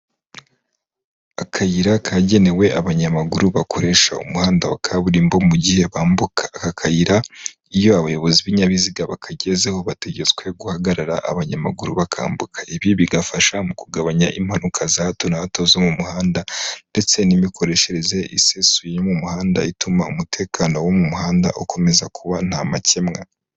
Akayira kagenewe abanyamaguru bakoresha umuhanda wa kaburimbo mu gihe bambuka, aka kayira iyo abayobozi b'ibinyabiziga bakagezeho bategetswe guhagarara abanyamaguru bakambuka, ibi bigafasha mu kugabanya impanuka za hato na hato zo mu muhanda ndetse n'imikoreshereze isesuye mu muhanda ituma umutekano wo mu muhanda ukomeza kuba nta makemwa.